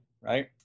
right